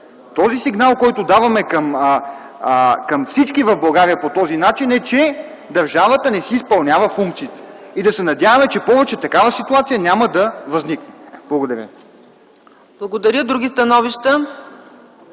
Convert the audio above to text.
Този сигнал, който даваме към всички в България по този начин, е, че държавата не си изпълнява функциите. Да се надяваме, че повече такава ситуация няма да възникне. Благодаря. ПРЕДСЕДАТЕЛ ЦЕЦКА